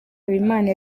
habimana